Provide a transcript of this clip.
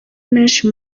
menshi